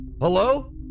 Hello